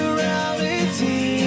reality